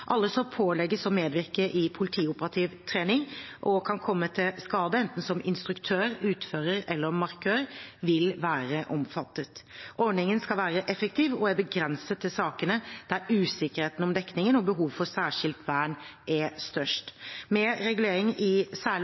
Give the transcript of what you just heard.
Alle som pålegges å medvirke i politioperativ trening og kan komme til skade, enten som instruktør, utfører eller markør, vil være omfattet. Ordningen skal være effektiv og er begrenset til sakene der usikkerheten om dekningen og behovet for særskilt vern er størst. Med regulering i